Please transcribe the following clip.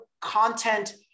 content